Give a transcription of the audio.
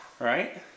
right